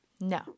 No